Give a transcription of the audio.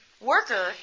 worker